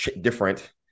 different